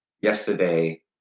yesterday